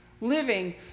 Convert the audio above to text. living